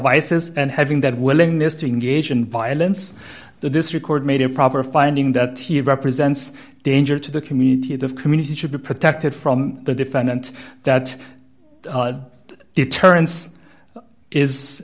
isis and having that willingness to engage in violence this record made a proper finding that he represents danger to the community the community should be protected from the defendant that deterrence is